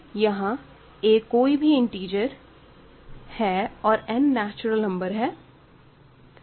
यहां a कोई भी इंटिजर है और n नेचुरल नम्बर है